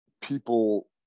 people